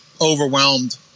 overwhelmed